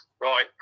Right